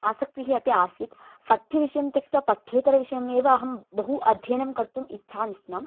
आसक्तिः अपि आसीत् पठ्यविषयं त्यक्त्वा पठ्येतरविषयम् एव अहं बहु अध्ययनं कर्तुम् इच्छामि स्म